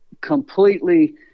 completely